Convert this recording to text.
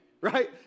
right